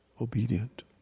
obedient